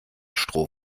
stroh